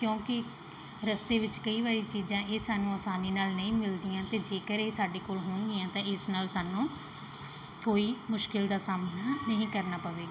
ਕਿਉਂਕਿ ਰਸਤੇ ਵਿੱਚ ਕਈ ਵਾਰੀ ਚੀਜ਼ਾਂ ਇਹ ਸਾਨੂੰ ਆਸਾਨੀ ਨਾਲ ਨਹੀਂ ਮਿਲਦੀਆਂ ਅਤੇ ਜੇਕਰ ਇਹ ਸਾਡੇ ਕੋਲ ਹੋਣਗੀਆਂ ਤਾਂ ਇਸ ਨਾਲ ਸਾਨੂੰ ਕੋਈ ਮੁਸ਼ਕਿਲ ਦਾ ਸਾਹਮਣਾ ਨਹੀਂ ਕਰਨਾ ਪਵੇਗਾ